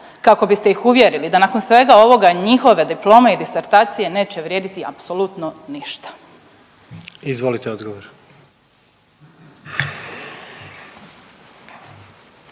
kako biste ih uvjerili da nakon svega ovoga njihove diplome i disertacije neće vrijediti apsolutno ništa? **Jandroković,